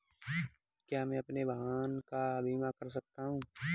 क्या मैं अपने वाहन का बीमा कर सकता हूँ?